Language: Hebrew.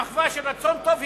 במחווה של רצון טוב,